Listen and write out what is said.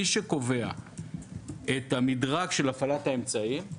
מי שקובע את המדרג של הפעלת האמצעים הוא